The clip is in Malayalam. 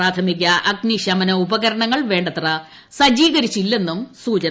പ്രാഥമിക അഗ്നി ശമന ഉപകരണങ്ങൾ വേണ്ടത്ര സജ്ജീകരിച്ചിരുന്നില്ലെന്നും സൂചന